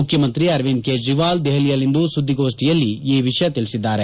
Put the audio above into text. ಮುಖ್ಯಮಂತ್ರಿ ಅರವಿಂದ ಕೇಜ್ರೀವಾಲ್ ದೆಹಲಿಯಲ್ಲಿಂದು ಸುದ್ಲಿಗೋಷ್ಲಿಯಲ್ಲಿ ಈ ವಿಷಯ ತಿಳಿಸಿದ್ದಾರೆ